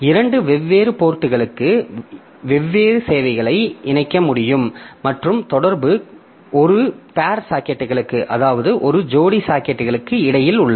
இரண்டு வெவ்வேறு போர்ட்களுக்கு வெவ்வேறு சேவைகளை இணைக்க முடியும் மற்றும் தொடர்பு ஒரு ஜோடி சாக்கெட்டுகளுக்கு இடையில் உள்ளது